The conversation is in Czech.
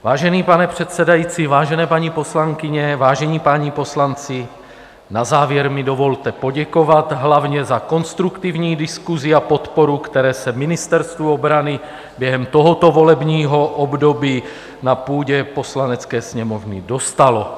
Vážený pane předsedající, vážené paní poslankyně, vážení páni poslanci, na závěr mi dovolte poděkovat hlavně za konstruktivní diskusi a podporu, které se Ministerstvu obrany během tohoto volebního období na půdě Poslanecké sněmovny dostalo.